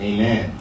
Amen